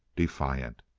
defiant.